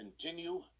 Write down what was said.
continue